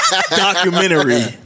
documentary